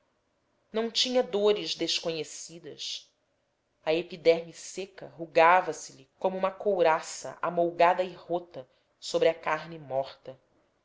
não tinha dores desconhecidas a epiderme seca rugava se lhe como uma couraça amolgada e rota sobre a carne morta